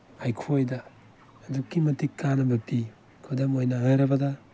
ꯑꯩꯈꯣꯏꯗ ꯑꯗꯨꯛꯀꯤ ꯃꯇꯤꯛ ꯀꯥꯟꯅꯕ ꯄꯤ ꯈꯨꯗꯝ ꯑꯣꯏꯅ ꯍꯥꯏꯔꯕꯗ